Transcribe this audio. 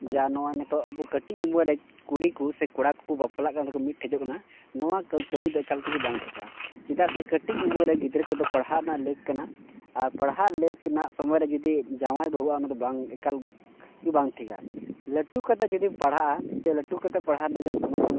ᱡᱟᱦᱟᱸ ᱱᱚᱜᱼᱚᱭ ᱱᱤᱛᱚᱜ ᱠᱟᱹᱴᱤᱡ ᱩᱢᱮᱨ ᱨᱮ ᱠᱩᱲᱤ ᱠᱚ ᱥᱮ ᱠᱚᱲᱟ ᱠᱚᱠᱚ ᱵᱟᱯᱞᱟᱜ ᱠᱟᱱ ᱛᱮᱠᱚ ᱢᱤᱫ ᱴᱷᱮᱡᱚᱜ ᱠᱟᱱᱟ ᱱᱚᱣᱟ ᱠᱟᱹᱢᱤ ᱫᱚ ᱮᱠᱟᱞ ᱛᱮᱜᱮ ᱵᱟᱝ ᱴᱷᱤᱠᱟ ᱪᱮᱫᱟᱜ ᱥᱮ ᱠᱟᱹᱴᱤᱡ ᱩᱢᱮᱨ ᱨᱮ ᱜᱤᱫᱽᱨᱟᱹ ᱠᱚᱫᱚ ᱯᱟᱲᱦᱟᱜ ᱨᱮᱱᱟᱜ ᱞᱮᱹᱠ ᱠᱟᱱᱟ ᱟᱨ ᱯᱟᱲᱦᱟᱣ ᱞᱮᱹᱠ ᱥᱚᱢᱚᱭ ᱨᱮ ᱡᱩᱫᱤ ᱡᱟᱶᱟᱭ ᱵᱟᱹᱦᱩ ᱮᱠᱟᱞ ᱜᱮ ᱵᱟᱝ ᱴᱷᱤᱠᱟ ᱞᱟᱹᱴᱩ ᱠᱟᱛᱮᱫ ᱡᱩᱫᱤᱢ ᱯᱟᱲᱦᱟᱜᱼᱟ ᱞᱟᱹᱴᱩ ᱠᱟᱛᱮᱫ ᱯᱟᱲᱦᱟᱜ